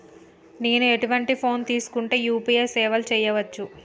నేను ఎటువంటి ఫోన్ తీసుకుంటే యూ.పీ.ఐ సేవలు చేయవచ్చు?